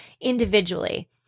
individually